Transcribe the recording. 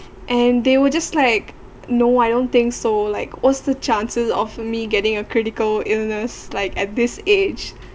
and they were just like no I don't think so like what's the chances of me getting a critical illness like at this age